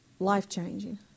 Life-changing